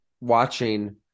watching